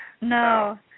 No